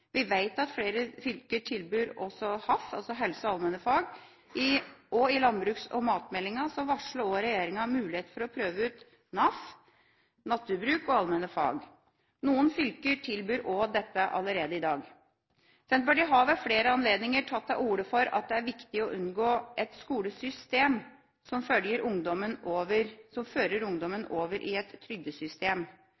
og i landbruks- og matmeldinga varslet også regjeringa mulighet for å prøve ut NAF, naturbruk og allmenne fag. Noen fylker tilbyr dette allerede i dag. Senterpartiet har ved flere anledninger tatt til orde for at det er viktig å unngå et skolesystem som fører ungdommen over